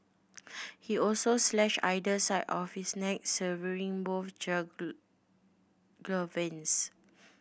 he also slashed either side of his neck severing both jugular veins